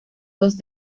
dos